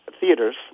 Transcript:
theaters